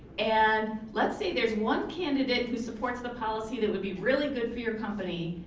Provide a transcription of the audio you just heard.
and let's say there's one candidate who supports the policy that would be really good for your company,